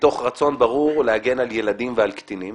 ומתוך רצון ברור להגן על ילדים ועל קטינים